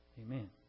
Amen